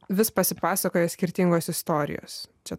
vis pasipasakoja skirtingos istorijos čia